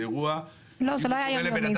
זה לא היה יום-יומי,